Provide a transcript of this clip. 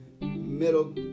middle